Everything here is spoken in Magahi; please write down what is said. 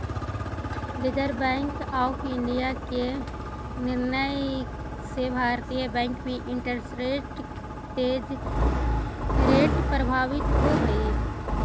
रिजर्व बैंक ऑफ इंडिया के निर्णय से भारतीय बैंक में इंटरेस्ट रेट प्रभावित होवऽ हई